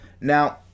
Now